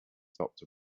stopped